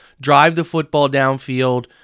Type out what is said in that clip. drive-the-football-downfield